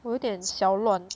我有一点小乱